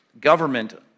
government